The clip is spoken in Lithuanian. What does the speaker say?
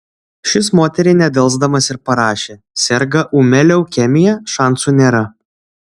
šis moteriai nedelsdamas ir parašė serga ūmia leukemija šansų nėra